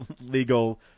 legal